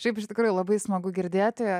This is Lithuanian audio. šiaip iš tikrųjų labai smagu girdėti